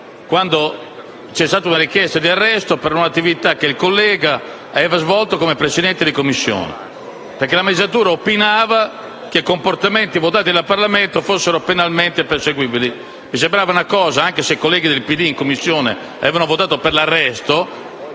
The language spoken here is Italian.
quando c'è stata una richiesta d'arresto per un'attività che il collega aveva svolto come Presidente di Commissione. La magistratura opinava che alcuni comportamenti sui quali il Parlamento si era espresso fossero penalmente perseguibili; mi sembrava una cosa - anche se i colleghi del PD in Commissione avevano votato per l'arresto